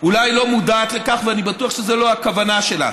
אולי לא מודעת לכך, ואני בטוח שזו לא הכוונה שלה,